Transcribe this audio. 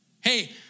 Hey